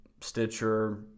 Stitcher